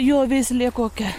jo veislė kokia